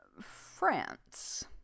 france